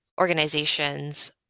organizations